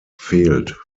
fehlt